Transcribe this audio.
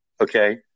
Okay